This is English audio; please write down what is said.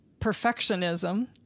perfectionism